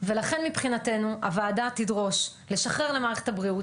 לכן מבחינתנו, הוועדה תדרוש לשחרר למערכת הבריאות